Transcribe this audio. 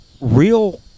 real